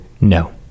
No